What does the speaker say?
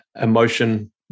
emotion